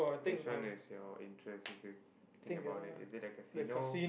which one is your interest if you think about it is it a casino